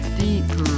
deep